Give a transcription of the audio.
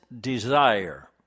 desire